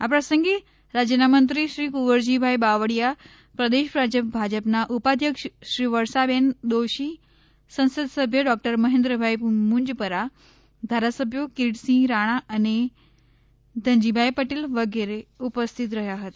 આ પ્રસંગે રાજ્યનામંત્રી શ્રી કુંવરજીભાઈ બાવળીયા પ્રદેશ ભાજપના ઉપાધ્યક્ષ શ્રી વર્ષાબેન દોશી સંસદ સભ્ય ડોક્ટર મહેન્દ્ર ભાઈ મુંજપરા ધારાસભ્યો કિરીટસિંહ રાણા અને ધનજીભાઈ પટેલ વિગેરે ઉપસ્થિત રહ્યા હતા